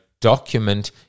document